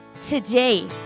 today